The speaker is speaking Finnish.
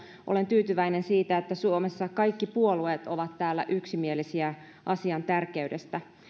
olen tyytyväinen että suomessa kaikki puolueet ovat täällä yksimielisiä asian tärkeydestä